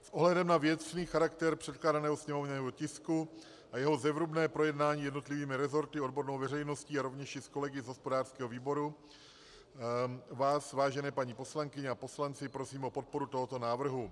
S ohledem na věcný charakter předkládaného sněmovního tisku a jeho zevrubné projednání jednotlivými rezorty, odbornou veřejností a rovněž i s kolegy hospodářského výboru, vás, vážené paní poslankyně a poslanci, prosím o podporu tohoto návrhu.